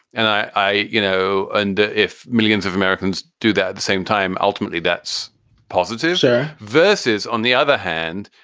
and i i you know and if millions of americans do that the same time, ultimately that's positive. her verse is, on the other hand,